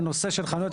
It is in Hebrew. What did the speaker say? בנושא של חנויות,